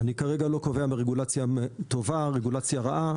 אני כרגע לא קובע אם הרגולציה טובה או הרגולציה רעה.